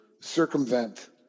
circumvent